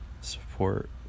Support